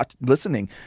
listening